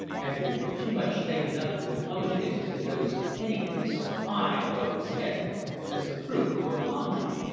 had been too much taken up with other things to notice anything so high above his head as the fruit of a palm-tree.